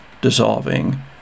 dissolving